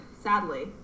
sadly